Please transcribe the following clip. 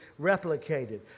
replicated